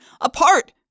apart